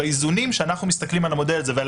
באיזונים שאנחנו מסתכלים על המודל הזה ועל